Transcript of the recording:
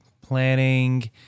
planning